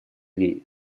ней